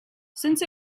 since